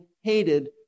hated